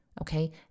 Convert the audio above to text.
okay